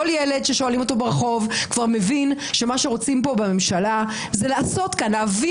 כל ילד ששואלים אותו ברחוב כבר מבין שמה שרוצים פה בממשלה זה להעביר